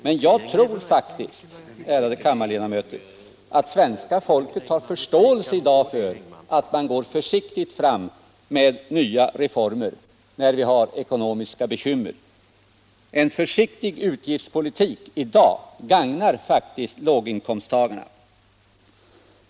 Men jag tror faktiskt, ärade kammarledamöter, att svenska folket har förståelse för att man går försiktigt fram med nya reformer när vi har ekonomiska bekymmer. En försiktig utgiftspolitik i dag gagnar faktiskt låginkomsttagarna.